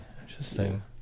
Interesting